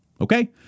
Okay